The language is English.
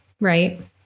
Right